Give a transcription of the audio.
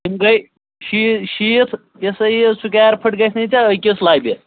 تِم گٔے شی شیٖتھ یہِ ہَسا یہِ سُکیر پھٕٹ گژھِنَے ژےٚ أکِس لَبہِ